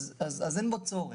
אז אין בו צורך,